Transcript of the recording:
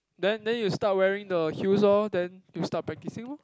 then then you start wearing the heels lor then you start practicing lor